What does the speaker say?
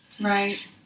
Right